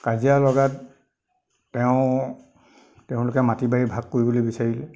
কাজিয়া লগাত তেওঁ তেওঁলোকে মাটি বাৰী ভাগ কৰিবলৈ বিচাৰিলে